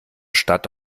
stadt